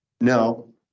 No